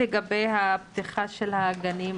לגבי פתיחת הגנים,